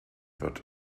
wird